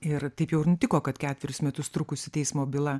ir taip jau ir nutiko kad ketverius metus trukusi teismo byla